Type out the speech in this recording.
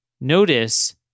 notice